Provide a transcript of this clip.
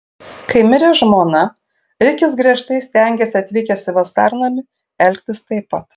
kai mirė žmona rikis griežtai stengėsi atvykęs į vasarnamį elgtis taip pat